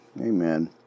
amen